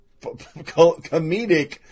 comedic